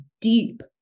deep